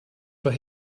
for